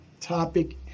topic